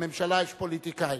בממשלה יש פוליטיקאים,